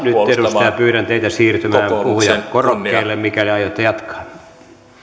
edustaja pyydän teitä siirtymään puhujakorokkeelle mikäli aiotte jatkaa